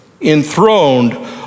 enthroned